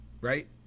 Right